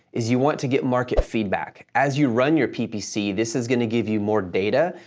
is you want to get market feedback. as you run your ppc, this is going to give you more data,